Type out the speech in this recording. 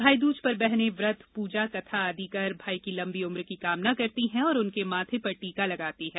भाई दूज पर बहनें व्रत पूजा कथा आदि कर भाई की लंबी उम्र की कामना करती हैं और उनके माथे पर टीका लगाती हैं